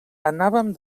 anàvem